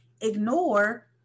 ignore